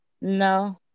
No